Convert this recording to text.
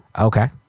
Okay